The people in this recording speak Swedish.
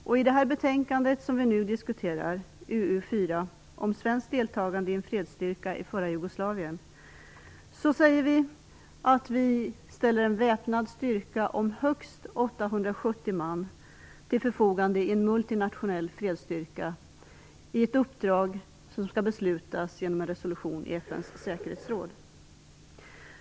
I betänkandet UU4, som handlar om svenskt deltagande i en fredsstyrka i förra Jugoslavien, sägs att Sverige skall ställa en väpnad styrka om högst 870 man till förfogande i en multinationell fredsstyrka i ett uppdrag som skall beslutas genom en resolution i FN:s säkerhetsråd.